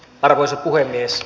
arvoisa puhemies